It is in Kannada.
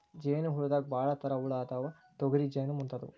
ಜೇನ ಹುಳದಾಗ ಭಾಳ ತರಾ ಹುಳಾ ಅದಾವ, ತೊಗರಿ ಜೇನ ಮುಂತಾದವು